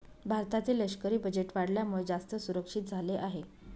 भारताचे लष्करी बजेट वाढल्यामुळे, जास्त सुरक्षित झाले आहे